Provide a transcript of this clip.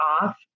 off